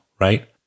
right